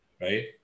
right